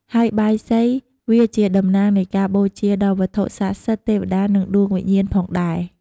ហើយបាយសី វាជាតំណាងនៃការបូជាដល់វត្ថុស័ក្តិសិទ្ធិ ទេវតា និងដួងវិញ្ញាណផងដែរ។